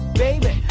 baby